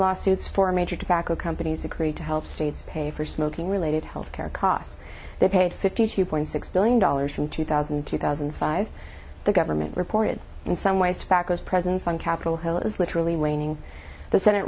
lawsuits for major tobacco companies agreed to help states pay for smoking related health care costs they paid fifty two point six billion dollars from two thousand and two thousand and five the government reported in some ways to backers presence on capitol hill it was literally raining the senate